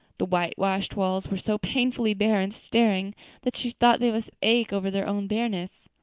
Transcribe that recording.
the whitewashed walls were so painfully bare and staring that she thought they must ache over their own bareness.